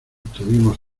tuvimos